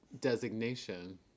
designation